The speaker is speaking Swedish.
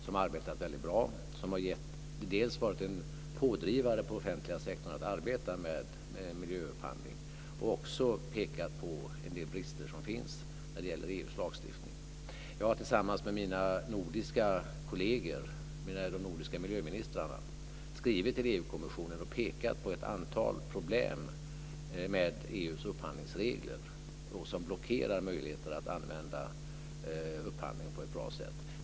Den har arbetat väldigt bra och har dels varit en pådrivare på den offentliga sektorn att arbeta med miljöupphandling, dels pekat på en del brister som finns när det gäller EU:s lagstiftning. Jag har tillsammans med mina nordiska kolleger, de nordiska miljöministrarna, skrivit till EU kommissionen och pekat på ett antal problem med EU:s upphandlingsregler, som blockerar möjligheter att använda upphandling på ett bra sätt.